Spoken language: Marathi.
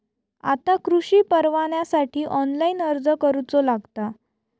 आता कृषीपरवान्यासाठी ऑनलाइन अर्ज करूचो लागता